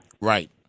Right